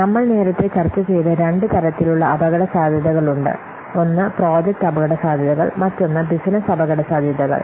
നമ്മൾ നേരത്തെ ചർച്ച ചെയ്ത രണ്ട് തരത്തിലുള്ള അപകടസാധ്യതകളുണ്ട് ഒന്ന് പ്രോജക്റ്റ് അപകടസാധ്യതകൾ മറ്റൊന്ന് ബിസിനസ്സ് അപകടസാധ്യതകൾ